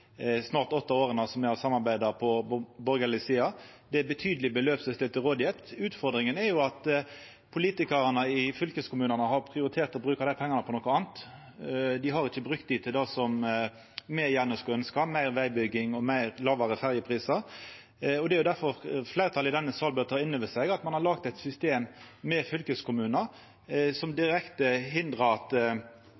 Utfordringa er at politikarane i fylkeskommunane har prioritert å bruka dei pengane på noko anna. Dei har ikkje brukt dei til det som me gjerne skulle ønskt: meir vegbygging og lågare ferjeprisar. Det er difor fleirtalet i denne salen bør ta inn over seg at ein har laga eit system med fylkeskommunar som